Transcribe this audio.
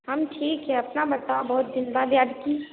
हम ठीक हैं अपना बताओ बहुत दिन बाद याद की